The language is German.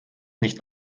nicht